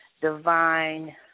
divine